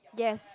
yes